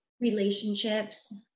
relationships